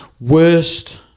Worst